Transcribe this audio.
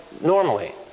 normally